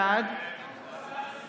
בעד